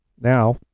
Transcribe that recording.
Now